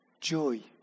joy